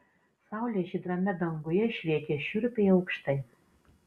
saulė žydrame danguje švietė šiurpiai aukštai